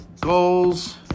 goals